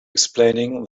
explaining